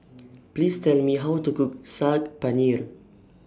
Please Tell Me How to Cook Saag Paneer